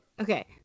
Okay